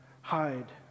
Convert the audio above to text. hide